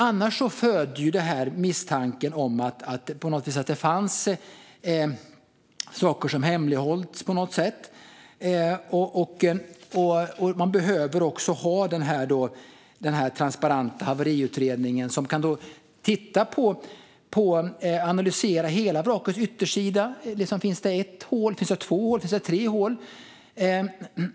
Annars föder detta misstanken om att det funnits saker som hemlighållits på något sätt. Man behöver denna transparenta haveriutredning, som kan analysera hela vrakets yttersida. Finns det ett, två eller tre hål?